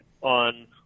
on